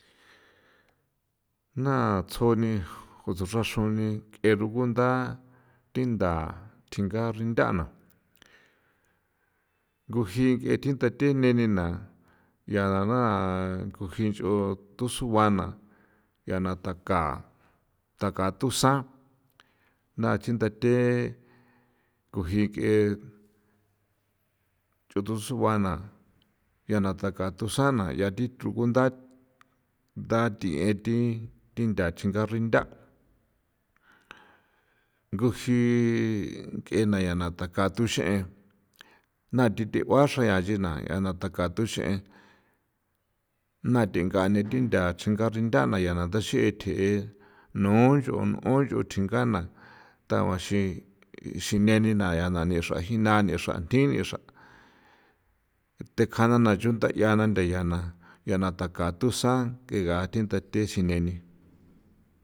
Naa tsoni jutsuxaxoni nkꞌe rugundha tjinda tjinga rindhana jngu jii nkꞌe thi tha theneni na ya la na jngu ji nchon tusua na yiana taka taka thusan naa chindate kugi nkie chutu suána yiana taka tu saana yati trujunda nda tiyietin tinda chingá rxindá, jngu ji nkꞌena ñana taka tuxꞌen na titjeguaxan yanchi na ñana taka tuxꞌen, na tengá ni tingá chingá rindána yiana ndaxeꞌe tjeꞌe nuun nchon nuun ncho tjingana taguxi ixin nenina ya nani xra jina nixra tinixra tekjana na chundayia na ndeyiana yiana taká thusán nkꞌega tjinda the sinéni.